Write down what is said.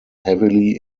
heavily